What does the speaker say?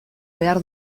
behar